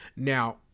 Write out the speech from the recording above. Now